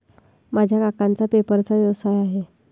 माझ्या काकांचा पेपरचा व्यवसाय आहे